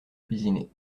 cuisiner